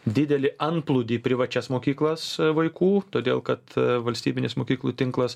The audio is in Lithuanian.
didelį antplūdį į privačias mokyklas vaikų todėl kad valstybinis mokyklų tinklas